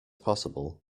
possible